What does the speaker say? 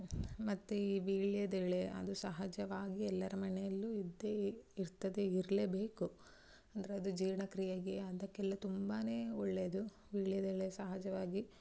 ಮತ್ತು ಈ ವೀಳ್ಯದೆಲೆ ಅದು ಸಹಜವಾಗಿ ಎಲ್ಲರ ಮನೆಯಲ್ಲೂ ಇದ್ದೇ ಇರ್ತದೆ ಇರಲೇಬೇಕು ಅಂದರೆ ಅದು ಜೀರ್ಣಕ್ರಿಯೆಗೆ ಅದಕ್ಕೆಲ್ಲ ತುಂಬಾ ಒಳ್ಳೆಯದು ವೀಳ್ಯದೆಲೆ ಸಹಜವಾಗಿ